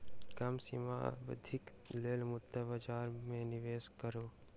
कम सीमा अवधिक लेल मुद्रा बजार में निवेश करू